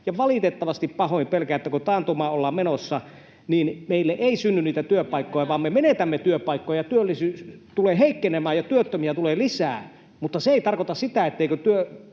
valitettavasti pahoin pelkään, että kun taantumaan ollaan menossa, niin meille ei synny niitä työpaikkoja, vaan me menetämme työpaikkoja ja työllisyys tulee heikkenemään ja työttömiä tulee lisää, mutta se ei tarkoita sitä, etteikö työelämän